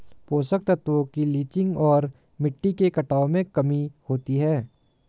पोषक तत्वों की लीचिंग और मिट्टी के कटाव में कमी होती है